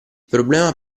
problema